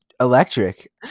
electric